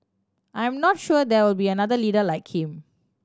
I'm not sure there will be another leader like him